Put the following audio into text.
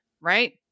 Right